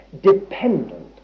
dependent